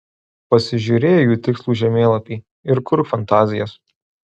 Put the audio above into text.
pasižiūrėjai į tikslų žemėlapį ir kurk fantazijas